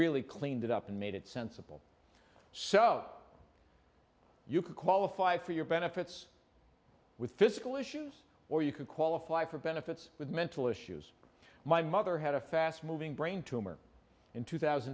really cleaned it up and made it sensible so you can qualify for your benefits with physical issues or you can qualify for benefits with mental issues my mother had a fast moving brain tumor in two thousand